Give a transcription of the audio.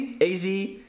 AZ